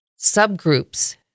subgroups